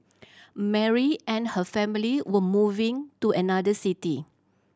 Mary and her family were moving to another city